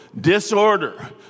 disorder